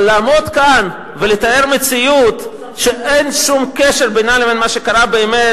אבל לעמוד כאן ולתאר מציאות שאין שום קשר בינה לבין מה שקרה באמת,